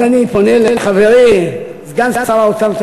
אז אני פונה לחברי סגן שר האוצר,